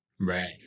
Right